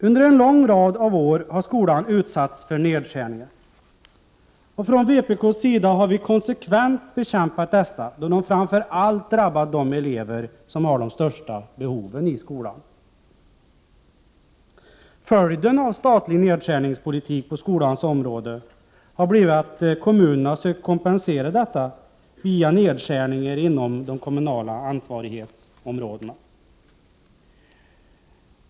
Under en lång rad av år har skolan utsatts för nedskärningar. Från vpk:s sida har vi konsekvent bekämpat dessa, då de framför allt drabbat de elever som har de största behoven i skolan. Följdenav Prot. 1988/89:35 statlig nedskärningspolitik på skolans område har blivit att kommunerna sökt 30 november 1988 kompensera detta via nedskärningar inom de kommunala ansvarighetsområ= = Tmoood de dena.